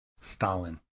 Stalin